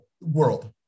world